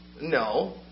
No